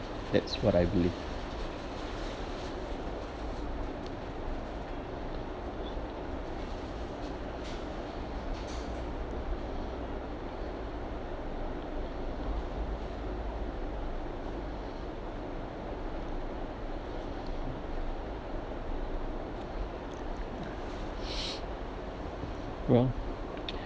that's what I believe well